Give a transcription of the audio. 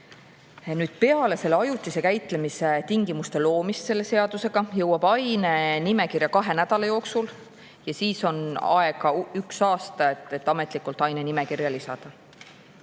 kogemustele. Peale ajutise käitlemise tingimuste loomist selle seadusega jõuab aine nimekirja kahe nädala jooksul ja siis on aega üks aasta, et ametlikult aine nimekirja lisada.